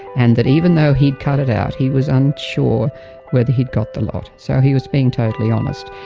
and that even though he had cut it out he was unsure whether he had got the lot. so he was being totally honest.